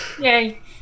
Yay